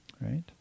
right